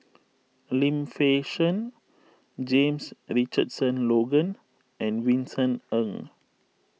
Lim Fei Shen James Richardson Logan and Vincent Ng